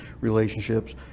relationships